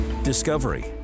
Discovery